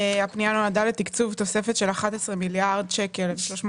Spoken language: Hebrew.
הפנייה נועדה לתקצוב תוספת של 11 מיליארד שקלים ו-350